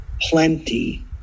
Plenty